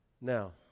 Now